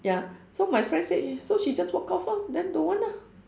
ya so my friend said so she just walk off lor then don't want ah